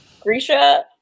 Grisha